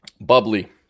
bubbly